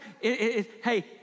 hey